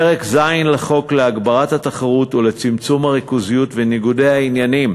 פרק ז' לחוק להגברת התחרות ולצמצום הריכוזיות וניגודי העניינים